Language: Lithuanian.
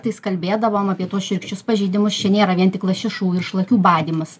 vis kalbėdavom apie tuos šiurkščius pažeidimus čia nėra vien tik lašišų ir šlakių badymas